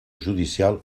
judicial